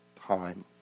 time